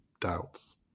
doubts